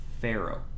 Pharaoh